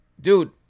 dude